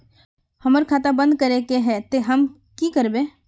हमर खाता बंद करे के है ते हम की करबे?